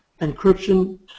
encryption